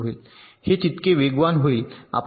हे तितके वेगवान होईल आपण पाहू शकता